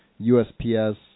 USPS